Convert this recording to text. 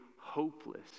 hopeless